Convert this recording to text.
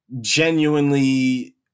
genuinely